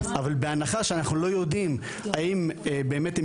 אבל בהנחה שאנחנו לא יודעים האם באמת הם